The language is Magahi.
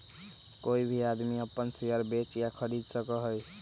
कोई भी आदमी अपन शेयर बेच या खरीद सका हई